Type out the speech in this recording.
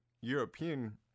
European